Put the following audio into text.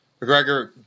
McGregor